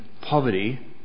poverty